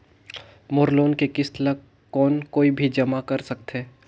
मोर loan के किस्त ल कौन कोई भी जमा कर सकथे?